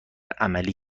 عملی